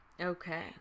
okay